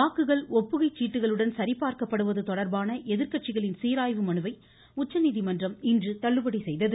வாக்குகள் ஒப்புகைச்சீட்டுகளுடன் சரிபார்க்கப்படுவது தொடர்பான எதிர்க்கட்சிகளின் சீராய்வு மனுவை உச்சநீதிமன்றம் இன்று தள்ளுபடி செய்தது